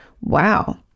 Wow